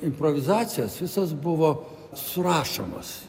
improvizacijos visos buvo surašomos